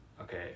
okay